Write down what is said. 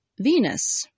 Venus